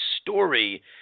story